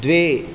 द्वे